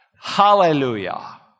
Hallelujah